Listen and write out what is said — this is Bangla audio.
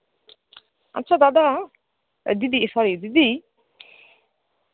আচ্ছা দাদা দিদি সরি দিদি